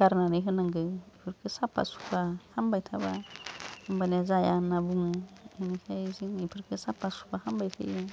गारनानै होनांगो इफोरखो साफा सुफा खामबाय थाबा होमबानो जाया होनना बुङो बेनिफ्राय जों इफोरखो साफा सुफा खामबाय थायो